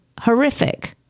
horrific